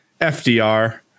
FDR